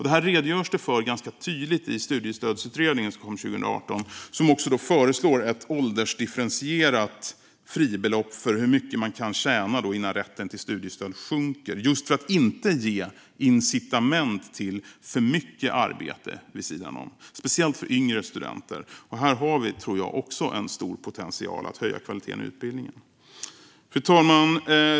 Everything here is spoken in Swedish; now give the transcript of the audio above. Det här redogörs det för ganska tydligt i studiestödsutredningen som kom 2018 och som också föreslår ett åldersdifferentierat fribelopp för hur mycket man kan tjäna innan rätten till studiestöd sjunker, just för att inte ge incitament till för mycket arbete vid sidan om, speciellt för yngre studenter. Här har vi, tror jag, också en stor potential att höja kvaliteten i utbildningen. Fru talman!